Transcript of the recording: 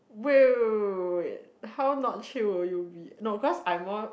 wait wait how not chill will you be no cause I more